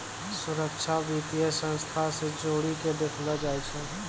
सुरक्षा वित्तीय संस्था से जोड़ी के देखलो जाय छै